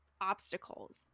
obstacles